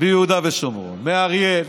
מיהודה ושומרון, מאריאל,